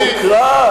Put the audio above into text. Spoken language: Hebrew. הדמוקרט?